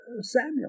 Samuel